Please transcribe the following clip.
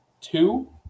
two